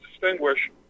distinguish